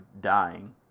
dying